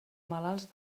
malalts